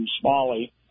Smalley